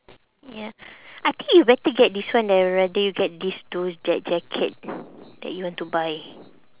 ya I think you better get this one than I rather you get these two jack~ jacket that you want to buy